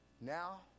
Now